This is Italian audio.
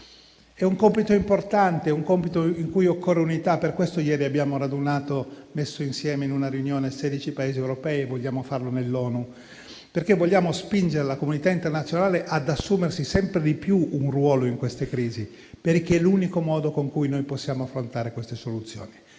È un compito importante e per il quale occorre unità. Per questo ieri abbiamo messo insieme, in una riunione, 16 Paesi europei e vogliamo farlo nell' ONU. Vogliamo spingere la comunità internazionale ad assumersi sempre di più un ruolo in queste crisi, perché è l'unico modo in cui possiamo affrontare queste soluzioni.